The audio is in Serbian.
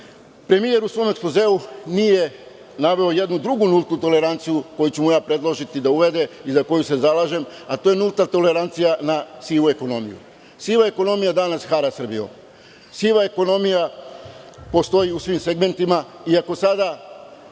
u svom ekspozeu nije naveo jednu drugu nultu toleranciju koju ću mu predložiti da uvede i za koju se zalažem, a to je nulta tolerancija na sivu ekonomiju. Siva ekonomija danas hara Srbijom, siva ekonomija postoji u svim segmentima i ako sada